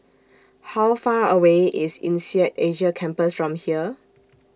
How Far away IS Insead Asia Campus from here